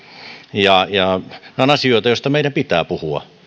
ja ja nämä ovat asioita joista meidän pitää puhua